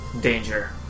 danger